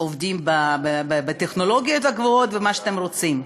עובדים בטכנולוגיות הגבוהות, במה שאתם רוצים.